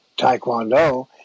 Taekwondo